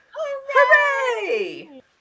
Hooray